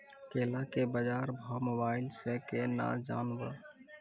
केला के बाजार भाव मोबाइल से के ना जान ब?